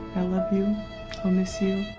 love you i'll miss you.